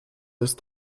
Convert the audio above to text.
ist